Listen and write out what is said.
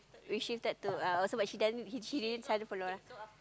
we shifted to uh also she didn't sign up for loan ah